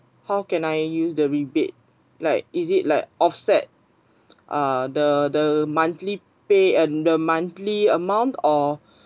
how can I use the rebate like is it like offset uh the the monthly pay and the monthly amount or